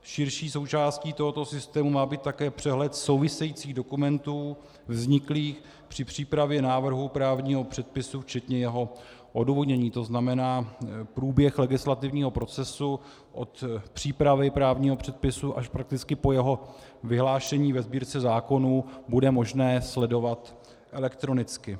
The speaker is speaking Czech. Širší součástí tohoto systému má být také přehled souvisejících dokumentů vzniklých při přípravě návrhu právního předpisu včetně jeho odůvodnění, to znamená průběh legislativního procesu od přípravy právního předpisu až prakticky po jeho vyhlášení ve Sbírce zákonů bude možné sledovat elektronicky.